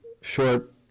short